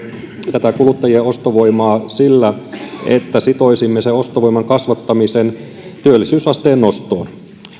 tätä kuluttajan ostovoimaa sillä että sitoisimme ostovoiman kasvattamisen työllisyysasteen nostoon